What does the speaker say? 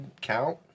count